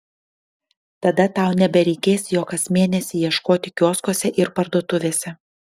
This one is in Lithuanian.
tada tau nebereikės jo kas mėnesį ieškoti kioskuose ir parduotuvėse